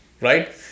right